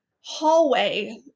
hallway